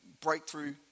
breakthrough